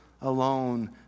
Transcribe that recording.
alone